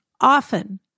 often